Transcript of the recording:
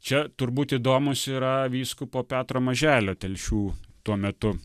čia turbūt įdomus yra vyskupo petro maželio telšių tuo metu